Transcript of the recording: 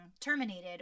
terminated